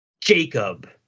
Jacob